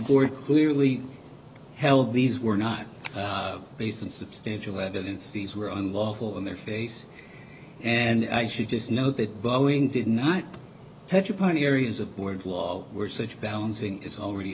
board clearly held these were not based on substantial evidence these were unlawful in their face and i should just note that boeing did not touch upon any areas of board law were such balancing is already